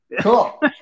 Cool